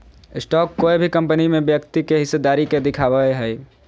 stock कोय भी company में व्यक्ति के हिस्सेदारी के दिखावय हइ